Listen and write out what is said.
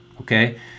okay